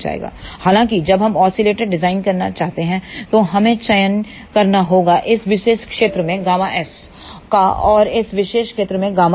हालांकि हालांकि जब हम ओसीलेटर डिज़ाइन करना चाहते हैं तो हमें चयन करना होगा इस विशेष क्षेत्र में Γs का और इस विशेष क्षेत्र में ΓL का